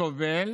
טובל